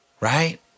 Right